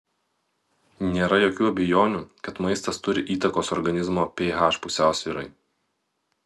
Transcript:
nėra jokių abejonių kad maistas turi įtakos organizmo ph pusiausvyrai